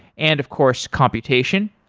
and of course computation.